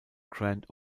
grand